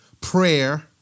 prayer